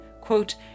quote